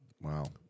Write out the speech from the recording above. Wow